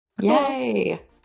yay